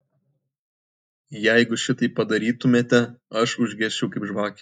jeigu šitaip padarytumėte aš užgesčiau kaip žvakė